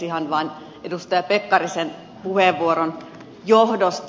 ihan vain edustaja pekkarisen puheenvuoron johdosta